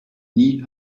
nie